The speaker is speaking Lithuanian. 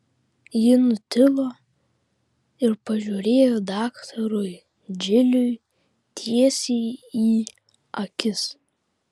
ji nutilo ir pažiūrėjo daktarui džiliui tiesiai į akis